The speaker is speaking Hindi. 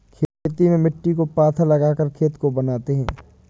खेती में मिट्टी को पाथा लगाकर खेत को बनाते हैं?